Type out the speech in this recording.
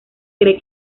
cree